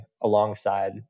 alongside